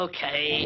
Okay